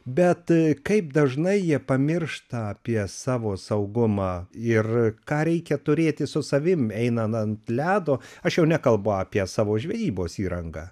bet kaip dažnai jie pamiršta apie savo saugumą ir ką reikia turėti su savim einan ant ledo aš jau nekalbu apie savo žvejybos įrangą